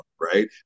Right